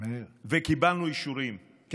וקיבלנו אישורים, מאיר.